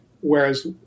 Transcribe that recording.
Whereas